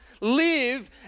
live